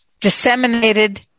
disseminated